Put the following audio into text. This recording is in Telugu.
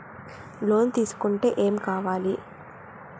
లోన్ తీసుకుంటే ఏం కావాలి?